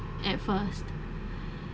at first